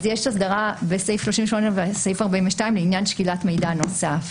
אז יש הסדרה בסעיף 38 וסעיף 42 לעניין שקילת מידע נוסף.